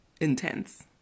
Intense